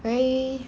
very